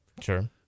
Sure